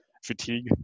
fatigue